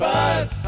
Buzz